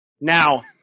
now